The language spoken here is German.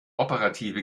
operative